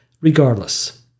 Regardless